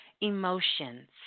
emotions